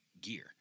gear